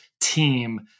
team